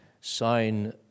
sign